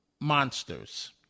monsters